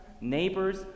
neighbors